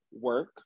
work